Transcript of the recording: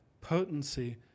potency